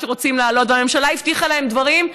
שרוצים לעלות והממשלה הבטיחה להם דברים.